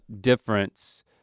difference